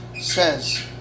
says